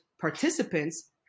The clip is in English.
participants